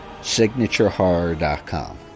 Signaturehorror.com